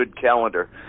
calendar